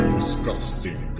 Disgusting